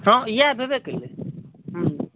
हॅं इएह भेबे केलै हन